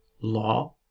law